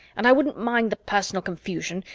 and i wouldn't mind the personal confusion,